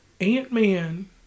Ant-Man